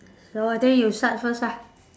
so I think you start first lah